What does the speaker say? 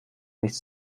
nichts